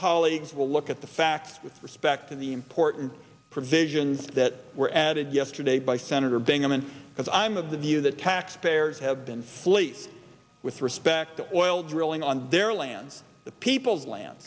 colleagues will look at the fact with respect to the important provisions that were added yesterday by senator bingaman because i'm of the view that taxpayers have been fleeced with respect to hoyle drilling on their land the people's land